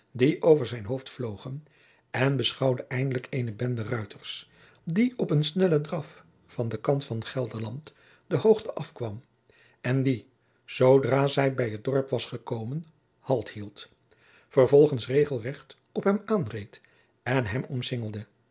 die over zijn hoofd vlogen en beschouwde eindelijk eene bende ruiters die op een snellen draf van den kant van gelderland de hoogte afkwam jacob van lennep de pleegzoon en die zoodra zij bij het dorp was gekomen halt hield vervolgens regelrecht op hem aanreed en hem omcingelde